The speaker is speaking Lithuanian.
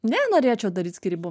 nenorėčiau daryt skyrybų